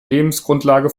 lebensgrundlage